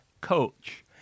coach